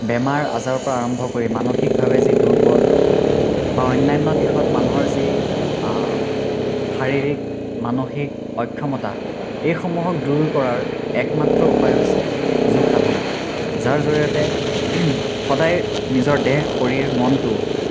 বেমাৰ আজাৰৰ পৰা আৰম্ভ কৰি মানসিকভাৱে যি দুৰ্বল বা অন্যান্য দিশত মানুহৰ যি শাৰীৰিক মানসিক অক্ষমতা এইসমূহৰ দূৰ কৰাৰ একমাত্ৰ উপায় হৈছে যোগসাধনা যাৰ জৰিয়তে সদায় নিজৰ দেহ শৰীৰ মনটো